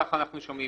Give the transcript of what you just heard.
ככה אנחנו שומעים,